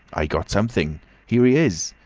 i got something! here he is!